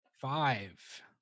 Five